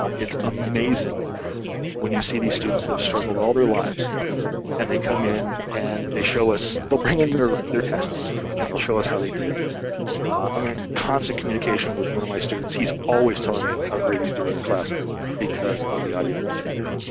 it's amazing when you see these students that have struggled all their lives and they come in and they show us, they'll bring in their their tests and they'll show us how they did, i'm i mean in constant communication with one of my students, he's always telling me how great he's doing in class because of the audio notetaker